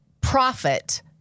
profit